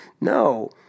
No